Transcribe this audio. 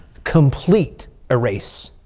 complete erase.